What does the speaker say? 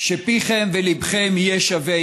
שפיכם וליבכם יהיו שווים.